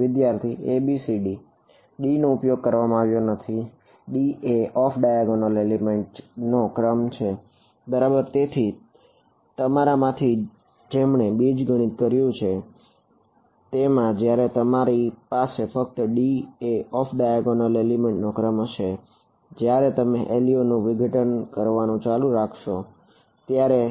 વિદ્યાર્થી a b c d d નો ઉપયોગ કરવામાં આવ્યો નથી d એ ઓફ ડાયાગોનલ એલિમેન્ટ નો ક્રમ છે જયારે તમે LU નું વિઘટન કરવાનું ચાલુ કરશો ત્યારે